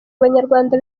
abanyarwanda